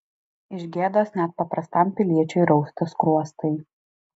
iš gėdos net paprastam piliečiui rausta skruostai